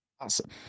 Awesome